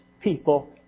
people